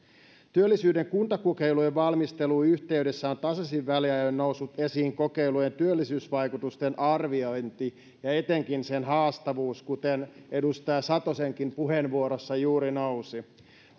työllisyyden kuntakokeilujen valmistelun yhteydessä on tasaisin väliajoin noussut esiin kokeilujen työllisyysvaikutusten arviointi ja ja etenkin sen haastavuus kuten edustaja satosenkin puheenvuorossa juuri nousi esiin